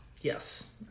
Yes